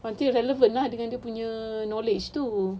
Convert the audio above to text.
makin relevant lah dengan dia punya knowledge tu